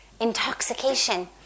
intoxication